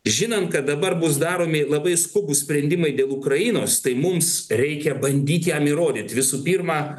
žinan kad dabar bus daromi labai skubūs sprendimai dėl ukrainos tai mums reikia bandyt jam įrodyt visų pirma